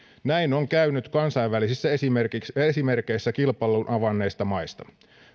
näin on käynyt kansainvälisissä esimerkeissä kilpailun avanneista maista